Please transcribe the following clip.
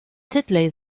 titley